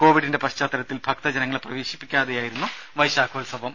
കോവിഡിന്റെ പശ്ചാത്തലത്തിൽ ഭക്തജനങ്ങളെ പ്രവേശിപ്പാക്കാതെയായിരുന്നു വൈശാഖോത്സവം